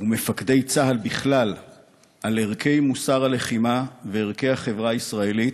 ומפקדי צה"ל בכלל על ערכי מוסר הלחימה וערכי החברה הישראלית,